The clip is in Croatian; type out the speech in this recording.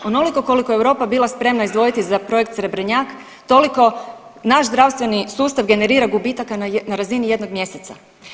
Onoliko koliko je Europa bila spremna izdvojiti za projekt Srebrnjak toliko naš zdravstveni sustav generira gubitaka na razini jednog mjeseca.